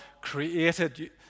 created